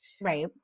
Right